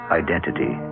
identity